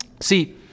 See